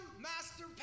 master